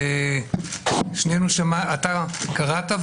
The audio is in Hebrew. אתה קראת,